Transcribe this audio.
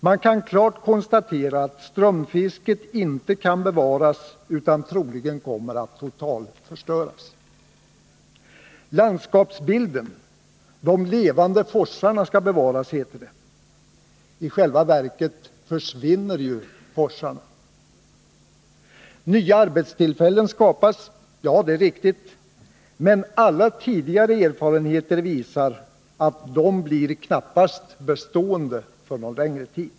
Man kan klart konstatera att strömfisket inte kan bevaras utan troligen kommer att totalförstöras. Landskapsbilden, de levande forsarna, skall bevaras, heter det. I själva verket försvinner forsarna. Nya arbetstillfällen skapas, sägs det. Ja, det är riktigt, men alla tidigare erfarenheter visar att dessa knappast blir bestående för någon längre tid.